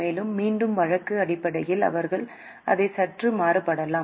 மேலும் மீண்டும் வழக்கு அடிப்படையில் அவர்கள் அதை சற்று மாறுபடலாம்